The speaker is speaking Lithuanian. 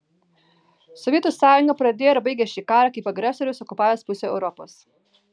sovietų sąjunga pradėjo ir baigė šį karą kaip agresorius okupavęs pusę europos